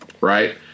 Right